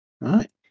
right